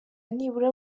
nibura